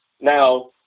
Now